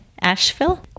Asheville